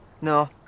no